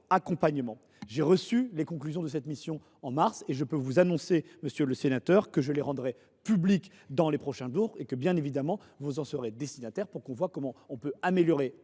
J’ai reçu les conclusions de cette mission en mars, et je puis vous annoncer, monsieur le sénateur, que je les rendrai publiques dans les prochains jours ; bien évidemment, vous en serez destinataire. Nous pourrons ainsi réfléchir